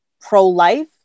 pro-life